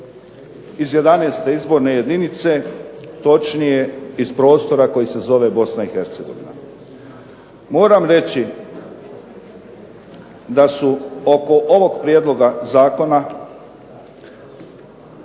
iz 11. izborne jedinice, točnije iz prostora koji se zove Bosna i Hercegovina. Moram reći da su oko ovog prijedloga zakona